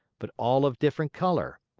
but all of different color.